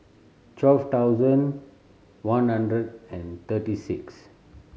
twelve thousand one hundred and thirty six